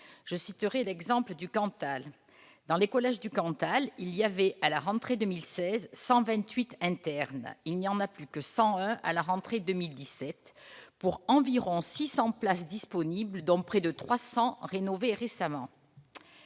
internats se vident. Ainsi, dans les collèges du Cantal, il y avait, à la rentrée 2016, 128 internes ; il n'y en avait plus que 101 à la rentrée 2017, pour environ 600 places disponibles, dont près de 300 rénovées récemment.